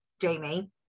Jamie